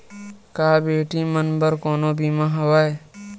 का बेटी मन बर कोनो बीमा हवय?